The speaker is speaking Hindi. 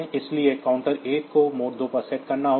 इसलिए काउंटर 1 को मोड 2 पर सेट करना होगा